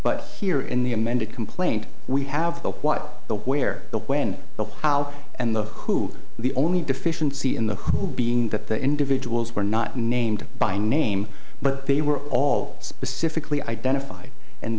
but here in the amended complaint we have the while the where the when the how and the who the only deficiency in the hood being that the individuals were not named by name but they were all specifically identified and